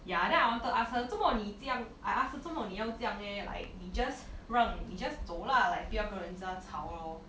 ya then I wanted to ask her 做什么你这样:zuo me ni zhe yang I ask her 做什么你要这样:zuo me ni yao zhe yang leh like 你 just 让你 just 走啦 like 不要跟人家吵 lor